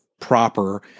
proper